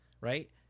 right